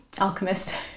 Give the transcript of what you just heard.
alchemist